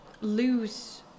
lose